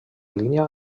línia